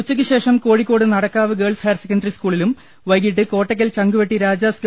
ഉച്ചയ്ക്കുശേഷം Kozhikode Nadakkavu girls higher secondary സകൂളിലും വൈകിട്ട് കോട്ടക്കൽ ചങ്കുവെട്ടി രാജാസ് ഗവ